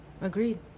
agreed